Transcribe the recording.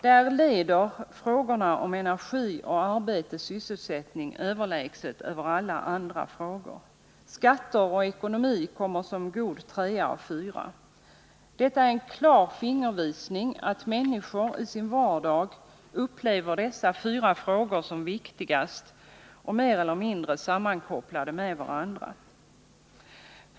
Där leder frågorna om energi och arbete/ sysselsättning överlägset över alla andra frågor. Skatter och ekonomi kommer som god trea och fyra. Detta är en klar fingervisning om att människor i sin vardag upplever dessa fyra frågor som viktigast och mer eller mindre sammankopplade med varandra.